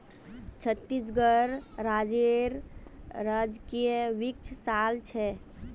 छत्तीसगढ़ राज्येर राजकीय वृक्ष साल छे